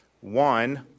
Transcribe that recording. One